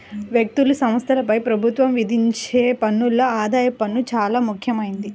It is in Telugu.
వ్యక్తులు, సంస్థలపై ప్రభుత్వం విధించే పన్నుల్లో ఆదాయపు పన్ను చానా ముఖ్యమైంది